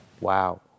wow